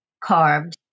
carved